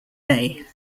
day